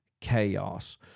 chaos